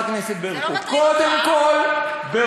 על